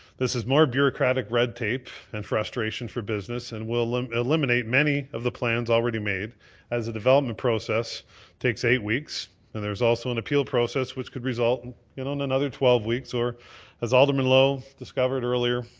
this is more bureaucratic red tape and frustration for business and will um eliminate many of the plans already made as the development process takes eight weeks and there's also an appeal process which could result you know in another twelve weeks or as alderman lowe discovered earlier,